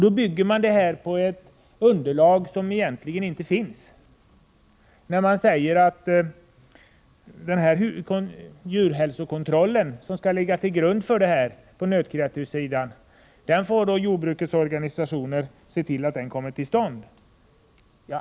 Regeringen bygger dock på ett underlag som inte finns när den säger att jordbrukets organisationer får se till att den djurhälsokontroll som skall ligga till grund för verksamheten kommer till stånd.